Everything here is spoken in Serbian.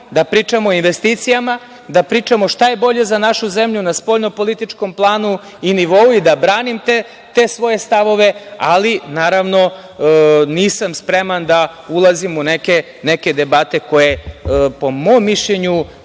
da pričamo o investicijama, da pričamo šta je bolje za našu zemlju na spoljno-političkom planu i nivou i da branim te svoje stavove, ali naravno nisam spreman da ulazim u neke debate koje, po mom mišljenju,